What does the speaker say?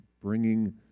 bringing